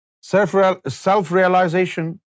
Self-realization